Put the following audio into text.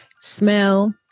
smell